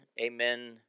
amen